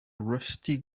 rusty